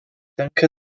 denke